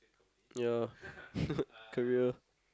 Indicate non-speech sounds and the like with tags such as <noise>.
ya <laughs> career